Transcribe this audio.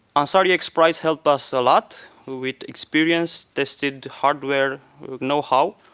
ansari x prize helped us a lot. we'd experienced, tested hardware with know-how.